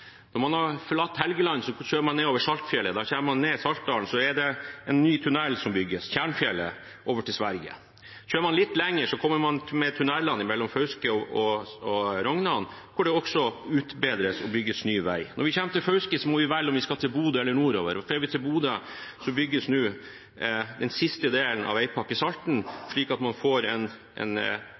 Når man har forlatt Helgeland, kjører man nedover Saltfjellet. Da kommer man ned Saltdalen, og der er det en ny tunnel som bygges, Tjernfjellet, over til Sverige. Kjører man litt lenger, kommer man til tunnelene mellom Fauske og Rognan, hvor det også utbedres og bygges ny vei. Når vi kommer til Fauske, må vi velge om vi skal til Bodø eller nordover, og drar vi til Bodø, bygges nå den siste delen av Veipakke Salten, slik at man får en